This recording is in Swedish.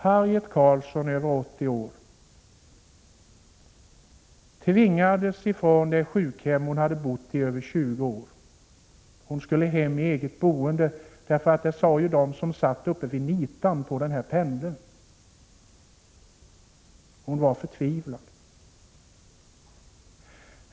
Harriet Karlsson, över 80 år, tvingades från det sjukhem hon hade bott på i över 20 år. Hon skulle flytta hem i eget boende — det sade de som satt uppe vid ”nitan” på pendeln. Hon var förtvivlad.